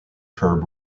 curb